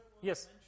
Yes